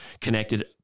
connected